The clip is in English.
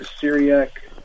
Syriac